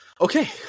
Okay